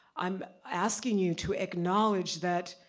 i'm asking you to acknowledge that,